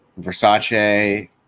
Versace